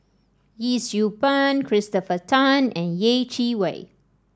Yee Siew Pun Christopher Tan and Yeh Chi Wei